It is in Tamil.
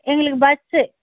எங்களுக்கு பஸ்ஸு